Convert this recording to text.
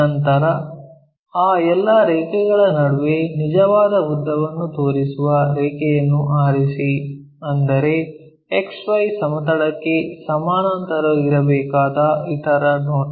ನಂತರ ಆ ಎಲ್ಲಾ ರೇಖೆಗಳ ನಡುವೆ ನಿಜವಾದ ಉದ್ದವನ್ನು ತೋರಿಸುವ ರೇಖೆಯನ್ನು ಆರಿಸಿ ಅಂದರೆ XY ಸಮತಲಕ್ಕೆ ಸಮಾನಾಂತರವಾಗಿರಬೇಕಾದ ಇತರ ನೋಟ